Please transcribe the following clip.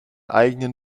eigenen